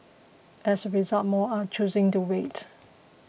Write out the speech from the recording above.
as result more are choosing to wait